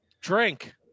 Drink